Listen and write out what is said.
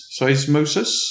Seismosis